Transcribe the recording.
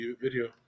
video